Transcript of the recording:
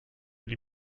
die